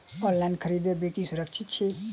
online खरीदै बिक्री सुरक्षित छी